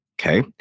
Okay